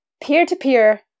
peer-to-peer